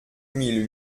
mille